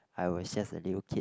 I was just a little kid